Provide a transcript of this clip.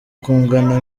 kungana